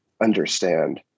understand